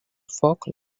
foc